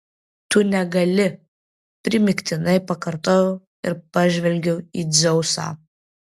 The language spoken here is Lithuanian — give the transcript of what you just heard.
tu negali primygtinai pakartojau ir pažvelgiau į dzeusą